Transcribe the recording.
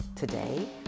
Today